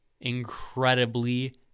incredibly